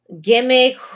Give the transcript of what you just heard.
gimmick